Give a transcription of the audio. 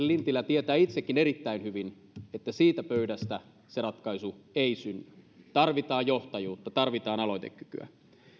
lintilä tietää itsekin erittäin hyvin että siitä pöydästä se ratkaisu ei synny tarvitaan johtajuutta tarvitaan aloitekykyä